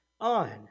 on